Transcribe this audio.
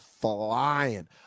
flying